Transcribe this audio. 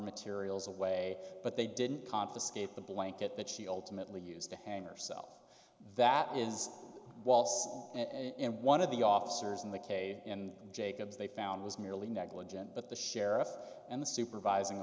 materials away but they didn't confiscate the blanket that she ultimately used to hang herself that is and one of the officers in the case in jacobs they found was merely negligent but the sheriff and the supervising